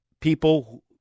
people